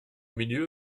milieu